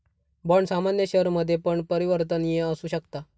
bond सामान्य शेयरमध्ये पण परिवर्तनीय असु शकता